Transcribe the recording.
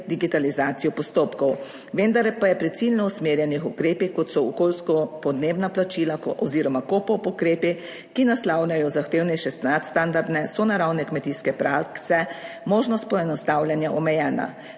digitalizacijo postopkov, vendar pa je pri ciljno usmerjenih ukrepih, kot so okoljsko podnebna plačila oziroma KOPOP ukrepi, ki naslavljajo zahtevnejše, nadstandardne, sonaravne kmetijske prakse, možnost poenostavljanja omejena,